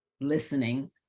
listening